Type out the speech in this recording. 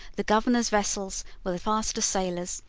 the governor's vessels were the faster sailers,